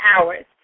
hours